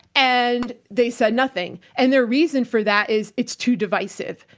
and they said nothing. and their reason for that is it's too divisive.